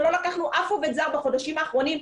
לקחנו אף עובד זר בחודשים האחרונים.